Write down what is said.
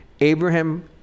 Abraham